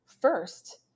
first